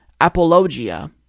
apologia